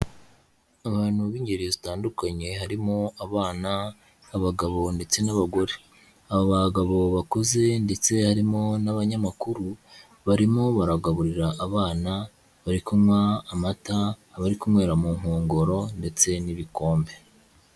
Abantu b'ingeri zitandukanye, harimo abana, abagabo ndetse n'abagore, abagabo bakuze ndetse harimo n'abanyamakuru, barimo baragaburira abana bari kunywa amata, abari kunywera mu nkongoro ndetse n'ibikombe.